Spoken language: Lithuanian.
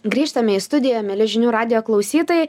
grįžtame į studiją mieli žinių radijo klausytojai